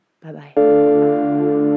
bye-bye